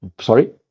Sorry